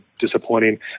disappointing